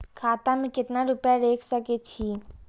खाता में केतना रूपया रैख सके छी?